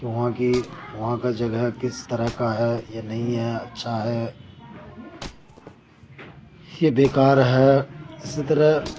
کہ وہاں کی وہاں کا جگہ کس طرح کا ہے یا نہیں ہے اچّھا ہے یا بیکار ہے اسی طرح